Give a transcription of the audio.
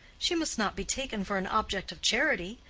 she must not be taken for an object of charity.